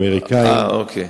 הם אמריקנים, אוקיי.